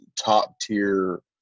top-tier